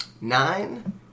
Nine